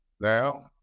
Now